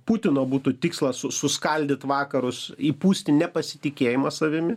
putino būtų tikslas suskaldyt vakarus įpūsti nepasitikėjimą savimi